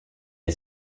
est